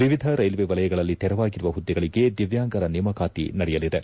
ವಿವಿಧ ರೈಲ್ವೆ ವಲಯಗಳಲ್ಲಿ ತೆರವಾಗಿರುವ ಹುದ್ದೆಗಳಿಗೆ ದಿವ್ಕಾಂಗರ ನೇಮಕಾತಿ ನಡೆಯಲಿದೆ